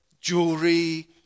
jewelry